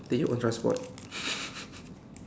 take your own transport